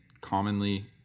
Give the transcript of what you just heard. commonly